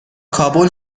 کابل